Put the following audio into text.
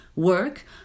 Work